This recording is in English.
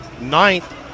ninth